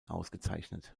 ausgezeichnet